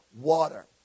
water